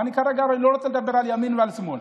ואני כרגע לא רוצה לדבר על ימין ועל שמאל,